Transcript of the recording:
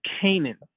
Canaan